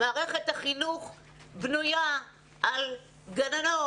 מערכת החינוך בנויה על גננות,